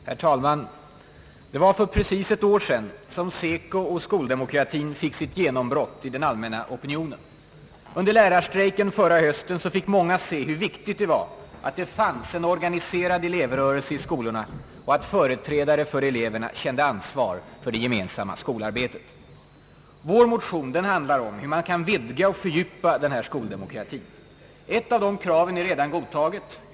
Herr talman! Det var för precis ett år sedan som SECO och skoldemokratin fick sitt genombrott i den allmänna opinionen. Under lärarstrejken förra hösten fick många se hur viktigt det var att det fanns en organiserad elevrörelse i skolorna och att företrädare för eleverna kände ansvar för det gemensamma skolarbetet. Vår motion handlar om hur man kan vidga och fördjupa denna skoldemokrati. Ett av de kraven är redan godtaget.